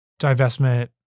divestment